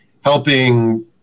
helping